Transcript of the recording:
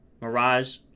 Mirage